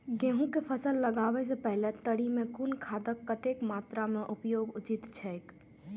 गेहूं के फसल लगाबे से पेहले तरी में कुन खादक कतेक मात्रा में उपयोग उचित छेक?